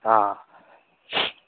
ꯑꯥ